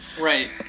Right